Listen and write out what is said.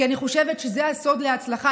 כי אני חושבת שזה הסוד להצלחה.